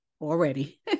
already